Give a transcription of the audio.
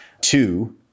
Two